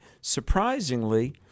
surprisingly